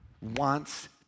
wants